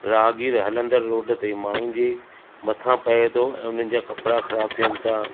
राहगीर हलंदड़ रोड ते माण्हुनि जे मथां पवे थो हुननि जा कपड़ा ख़राब थियनि था